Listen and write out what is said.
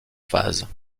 phases